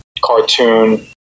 cartoon